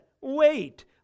Wait